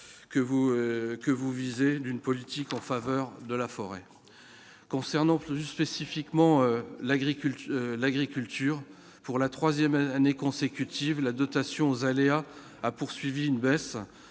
que vous visez, d'une politique en faveur de la forêt, concernant plus spécifiquement l'agriculture l'agriculture pour la 3ème année consécutive, la dotation aux aléas, a poursuivi une baisse,